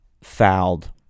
fouled